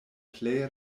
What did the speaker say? plej